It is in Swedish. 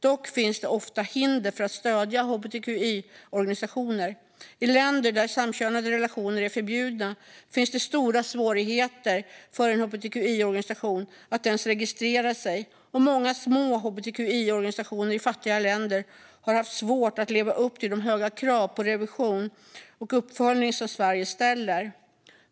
Dock finns det ofta hinder för att stödja hbtqi-organisationer. I länder där samkönade relationer är förbjudna finns det stora svårigheter för en hbtqi-organisation att ens registrera sig, och många små hbtqi-organisationer i fattiga länder har haft svårt att leva upp till de höga krav på revision och uppföljning som Sverige ställer.